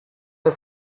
the